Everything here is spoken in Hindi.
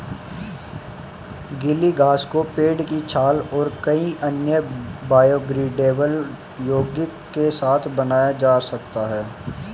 गीली घास को पेड़ की छाल और कई अन्य बायोडिग्रेडेबल यौगिक के साथ बनाया जा सकता है